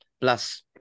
Plus